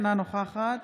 אינה נוכחת